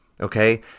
Okay